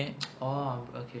oh um~ okay ya